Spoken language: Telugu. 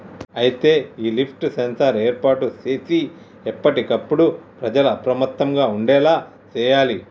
అయితే ఈ లిఫ్ట్ సెన్సార్ ఏర్పాటు సేసి ఎప్పటికప్పుడు ప్రజల అప్రమత్తంగా ఉండేలా సేయాలి